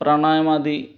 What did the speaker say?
प्राणायामादि